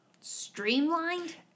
Streamlined